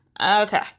Okay